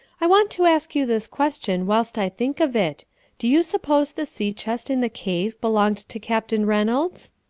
i want to ask you this question whilst i think of it do you suppose the sea-chest in the cave belonged to captain reynolds?